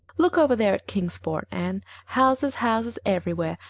look over there at kingsport, anne houses, houses everywhere,